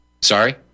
Sorry